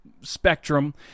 spectrum